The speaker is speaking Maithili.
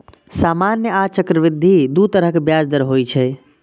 सामान्य आ चक्रवृद्धि दू तरहक ब्याज दर होइ छै